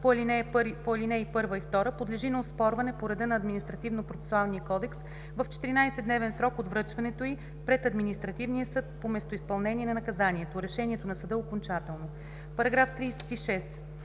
по ал. 1 и 2 подлежи на оспорване по реда на Административнопроцесуалния кодекс в 14-дневен срок от връчването й пред административния съд по местоизпълнение на наказанието. Решението на съда е окончателно.“